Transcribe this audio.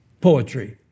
Poetry